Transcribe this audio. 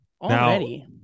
already